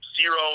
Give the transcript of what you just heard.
zero